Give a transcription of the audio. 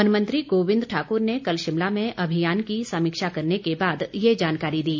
one मंत्री गोविंद ठाकुर ने कल शिमला में अभियान की समीक्षा करने के बाद यह जानकारी दी